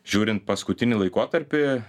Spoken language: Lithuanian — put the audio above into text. žiūrint paskutinį laikotarpį